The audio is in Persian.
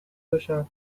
تاشب